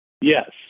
Yes